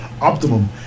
Optimum